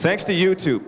thanks to you too